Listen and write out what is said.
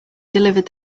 delivered